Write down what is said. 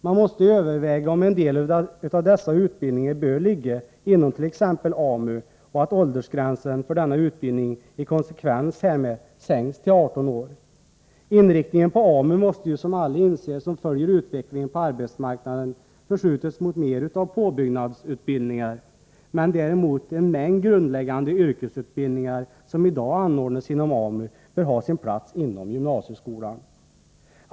Man måste överväga om en del av dessa utbildningar bör ligga inom t.ex. AMU och om i konsekvens härmed åldersgränsen för denna utbildning skall sänkas till 18 år. Inriktningen på AMU måste — vilket alla som följer utvecklingen på arbetsmarknaden inser — förskjutas mot mer av påbyggnadsutbildningar, medan däremot en mängd grundläggande yrkesutbildningar som i dag anordnas inom AMU bör ha sin plats inom gymnasieskolan.